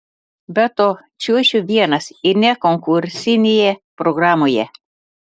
be to čiuošiu vienas ir ne konkursinėje programoje